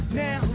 now